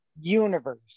universe